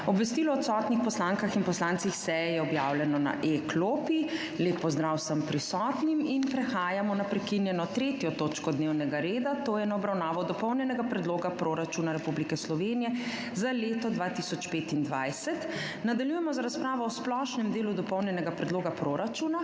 Obvestilo o odsotnih poslankah in poslancih seje je objavljeno na e-klopi. Lep pozdrav vsem prisotnim! **Prehajamo na prekinjeno 3. točko dnevnega reda, to je na Dopolnjen predlog proračuna Republike Slovenije za leto 2025.** Nadaljujemo z razpravo o splošnem delu Dopolnjenega predloga proračuna.